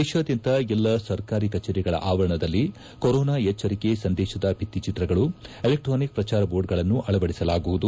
ದೇಶಾದ್ಯಂತ ಎಲ್ಲ ಸರ್ಕಾರೀ ಕಚೇರಿಗಳ ಆವರಣದಲ್ಲಿ ಕೊರೋನಾ ಎಚ್ಚರಿಕೆ ಸಂದೇಶದ ಭಿತ್ತಿ ಚಿತ್ರಗಳು ಎಲೆಕ್ಟಾನಿಕ್ ಪ್ರಚಾರ ಬೋರ್ಡ್ಗಳನ್ನು ಅಳವಡಿಸಲಾಗುವುದು